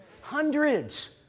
Hundreds